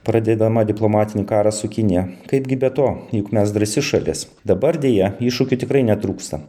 pradėdama diplomatinį karą su kinija kaipgi be to juk mes drąsi šalis dabar deja iššūkių tikrai netrūksta